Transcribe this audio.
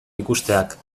ikusteak